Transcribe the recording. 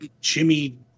Jimmy